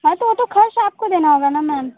हाँ तो वह तो खर्च आपको देना होगा ना मैम